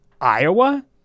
Iowa